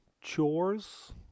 chores